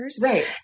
Right